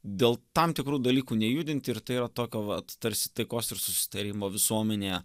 dėl tam tikrų dalykų nejudinti ir tai yra tokio vat tarsi taikos ir susitarimo visuomenėje